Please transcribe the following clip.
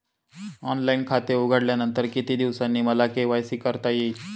Online खाते उघडल्यानंतर किती दिवसांनी मला के.वाय.सी करता येईल?